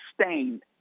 stained